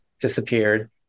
disappeared